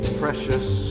precious